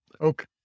Okay